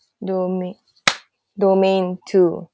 domain domain two